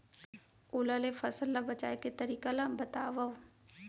ओला ले फसल ला बचाए के तरीका ला बतावव?